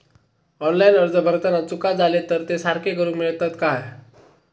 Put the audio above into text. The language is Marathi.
ऑनलाइन अर्ज भरताना चुका जाले तर ते सारके करुक मेळतत काय?